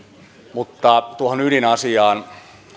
mutta tuohon ydinasiaan